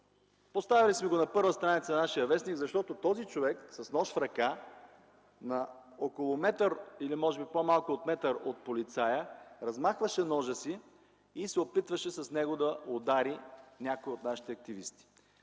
Поставили сме го на първа страница на нашия вестник (показва в. „Атака”), защото този човек с нож в ръка на около метър или може би по-малко от метър от полицая размахваше ножа си и се опитваше с него да удари някои от нашите активисти.